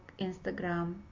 Instagram